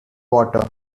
water